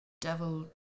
devil